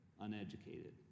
uneducated